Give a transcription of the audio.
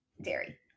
dairy